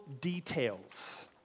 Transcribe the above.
details